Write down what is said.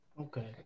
Okay